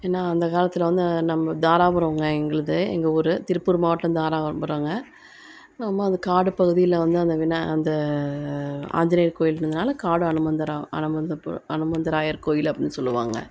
ஏன்னால் அந்த காலத்தில் வந்து நம்ம தாராபுரங்க எங்களுது எங்கள் ஊரு திருப்பூர் மாவட்டம் தாராபுரங்க நம்ம அது காடு பகுதியில் வந்து அந்த விநா அந்த ஆஞ்சிநேயர் கோயில் இருந்ததுனால காடு அனுமந்தரா அனுமந்தபுர அனுமந்தராயர் கோயில் அப்படின்னு சொல்லுவாங்கள்